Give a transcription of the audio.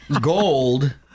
Gold